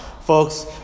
Folks